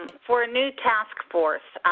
for a new task force,